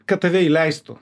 kad tave įleistų